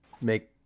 make